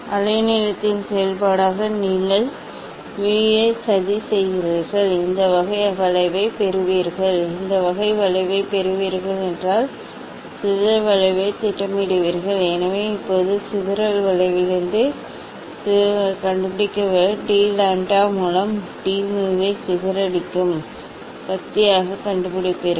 அலைநீளத்தின் செயல்பாடாக நீங்கள் mu ஐ சதி செய்கிறீர்கள் இந்த வகை வளைவைப் பெறுவீர்கள் இந்த வகை வளைவைப் பெறுவீர்கள் தரவை இந்த சிதறல் வளைவைத் திட்டமிடுவீர்கள் எனவே இப்போது சிதறல் வளைவிலிருந்து இந்த சிதறல் வளைவு கண்டுபிடிக்க டி லம்ப்டா மூலம் டி மியூவை சிதறடிக்கும் சக்தியாகக் கண்டுபிடிப்பீர்கள் சிதறல் சக்தியை வெவ்வேறு அலைநீளத்தில் வித்தியாசமாகக் கணக்கிடுகிறீர்கள்